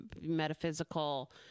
metaphysical